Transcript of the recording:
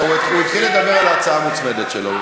הוא התחיל לדבר על ההצעה המוצמדת שלו.